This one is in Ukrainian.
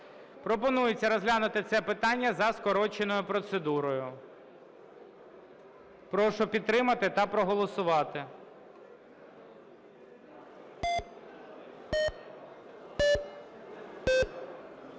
Пропонується розглянути це питання за скороченою процедурою. Прошу підтримати та проголосувати.